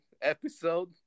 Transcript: episode